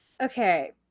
Okay